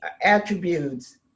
attributes